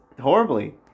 horribly